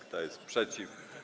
Kto jest przeciw?